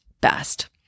best